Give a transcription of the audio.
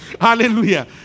Hallelujah